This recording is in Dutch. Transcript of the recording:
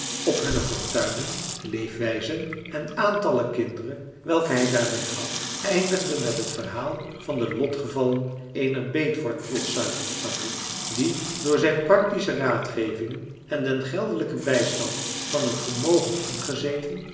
op hunne fortuinen leefwijzen en aantallen kinderen welke hij daarbij gaf eindigden met het verhaal van de lotgevallen eener beetwortelsuiker fabriek die door zijn practische raadgevingen en den geldelijken bijstand van een vermogend ingezeten